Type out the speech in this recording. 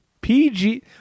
PG